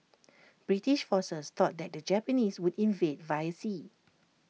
British forces thought that the Japanese would invade via sea